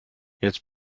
jetzt